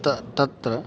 त तत्र